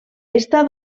està